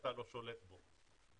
כשאתה לא שולט בו.